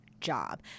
job